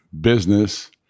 business